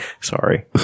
sorry